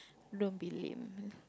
don't be lame